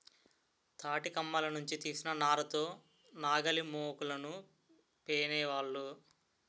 తాటికమ్మల నుంచి తీసిన నార తో నాగలిమోకులను పేనేవాళ్ళు